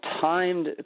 timed